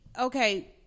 okay